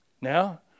Now